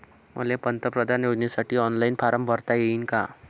मले पंतप्रधान योजनेसाठी ऑनलाईन फारम भरता येईन का?